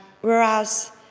Whereas